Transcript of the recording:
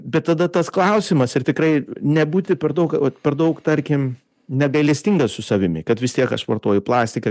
bet tada tas klausimas ir tikrai nebūti per daug per daug tarkim negailestingas su savimi kad vis tiek aš vartoju plastiką